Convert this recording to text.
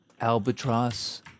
Albatross